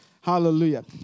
Hallelujah